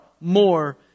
more